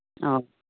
ꯑꯧ